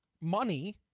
money